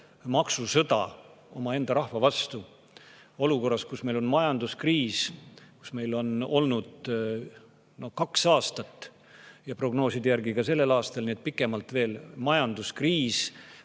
maksusõda omaenda rahva vastu. Olukorras, kus meil on majanduskriis, kus meil on olnud kaks aastat – ja prognooside järgi on see ka sellel aastal, nii et pikemalt veel – majanduskriis,